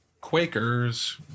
Quakers